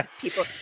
people –